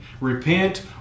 repent